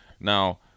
Now